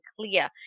clear